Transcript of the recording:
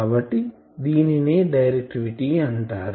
కాబట్టి దీనినే డైరెక్టివిటీ అంటారు